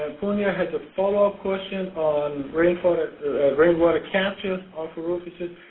has a follow-up question on rainwater rainwater capture off a roof. he says,